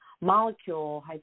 molecule